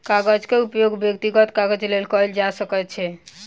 कागजक उपयोग व्यक्तिगत काजक लेल कयल जा सकै छै